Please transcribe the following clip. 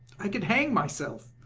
i could hang myself!